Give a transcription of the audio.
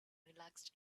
relaxed